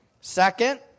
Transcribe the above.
Second